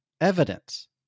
evidence